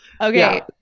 Okay